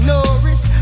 Norris